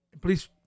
please